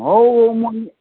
ହଉ ମୁଁ